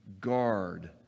guard